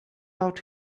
out